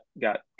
got